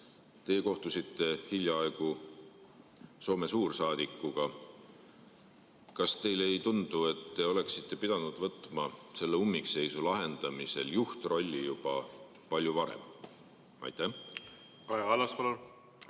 Teie kohtusite hiljaaegu Soome suursaadikuga. Kas teile ei tundu, et te oleksite pidanud võtma selle ummikseisu lahendamisel juhtrolli juba palju varem? Ma